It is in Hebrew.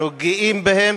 אנחנו גאים בהם,